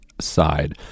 side